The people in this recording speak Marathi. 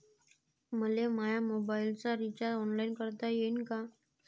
मले माया मोबाईलचा रिचार्ज ऑनलाईन करता येईन का?